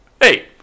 Hey